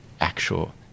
actual